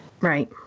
Right